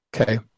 Okay